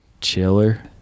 chiller